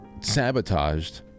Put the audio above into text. sabotaged